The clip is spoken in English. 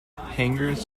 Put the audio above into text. hangars